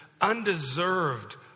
undeserved